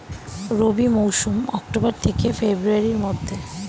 রবি মৌসুম অক্টোবর থেকে ফেব্রুয়ারির মধ্যে